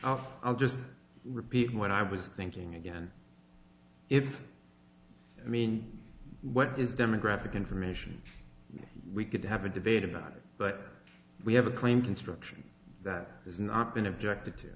i'll just repeat what i was thinking again if i mean what is demographic information we could have a debate about it but we have a claim construction that has not been objected to